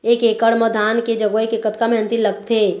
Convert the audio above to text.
एक एकड़ म धान के जगोए के कतका मेहनती लगथे?